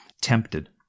tempted